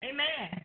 Amen